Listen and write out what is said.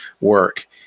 work